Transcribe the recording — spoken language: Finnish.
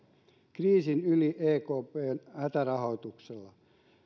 kriisin yli ekpn hätärahoituksella